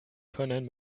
können